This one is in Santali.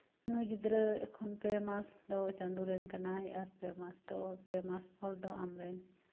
ᱱᱩᱭ ᱜᱤᱫᱽᱨᱟᱹ ᱮᱠᱷᱚᱱ ᱯᱮ ᱢᱟᱥ ᱫᱚ ᱪᱟᱸᱫᱚ ᱨᱮᱱ ᱠᱟᱱᱟᱭ ᱟᱨ ᱯᱮ ᱢᱟᱥ ᱫᱚ ᱯᱮ ᱢᱟᱥ ᱯᱚᱨ ᱫᱚ ᱟᱢ ᱨᱮᱱ